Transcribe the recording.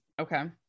Okay